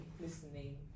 listening